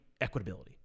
equitability